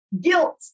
guilt